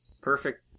Perfect